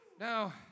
Now